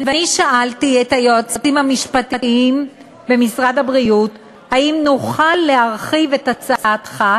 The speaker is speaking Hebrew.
שאלתי את היועצים המשפטיים במשרד הבריאות אם נוכל להרחיב את הצעתך,